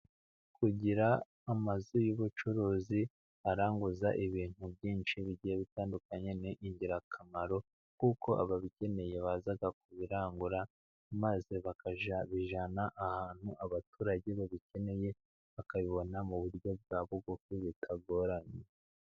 Kugira amazu y'ubucuruzi aranguza ibintu byinshi bigiye bitandukanye ni ingirakamaro, kuko ababikeneye baza kubirangura maze bakabijyana ahantu abaturage babikeneye, bakabibona mu buryo bwa bugufi bitagoranye.